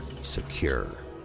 Secure